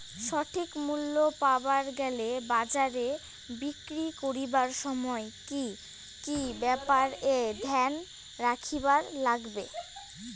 সঠিক মূল্য পাবার গেলে বাজারে বিক্রি করিবার সময় কি কি ব্যাপার এ ধ্যান রাখিবার লাগবে?